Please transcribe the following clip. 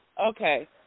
Okay